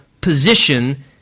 position